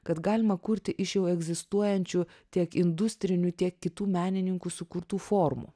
kad galima kurti iš jau egzistuojančių tiek industrinių tiek kitų menininkų sukurtų formų